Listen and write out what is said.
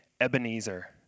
Ebenezer